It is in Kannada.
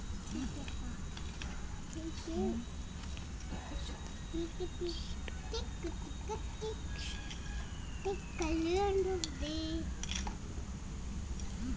ಸ್ವಯಂ ಪರಾಗಸ್ಪರ್ಶದಲ್ಲಿ ಗೀಟೋನೂಗಮಿ, ಕ್ಸೇನೋಗಮಿ, ಆಟೋಗಮಿ ಅನ್ನೂ ವಿಧಗಳಿವೆ